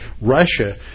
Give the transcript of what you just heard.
Russia